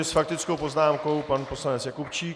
S faktickou poznámkou pan poslanec Jakubčík.